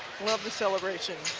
love the celebration.